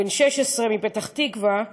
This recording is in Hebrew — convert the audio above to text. הוא בן 16, מפתח-תקווה.